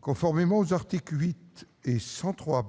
Conformément aux articles 8 et 103